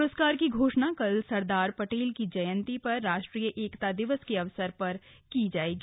पुरस्कार की घोषणा कल सरदार पटेल की जयंती पर राष्ट्रीय एकता दिवस के अवसर पर की जाएगी